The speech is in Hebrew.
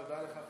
תודה לך,